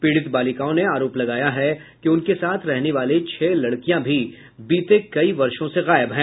पीड़ित बालिकाओं ने आरोप लगाया है कि उनके साथ रहने वाली छह लड़कियां भी बीते कई वर्षों से गायब है